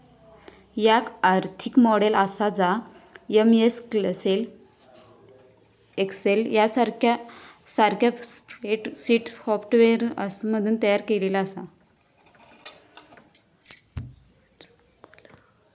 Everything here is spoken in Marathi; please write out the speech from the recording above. याक आर्थिक मॉडेल आसा जा एम.एस एक्सेल सारख्या स्प्रेडशीट सॉफ्टवेअरमधसून तयार केलेला आसा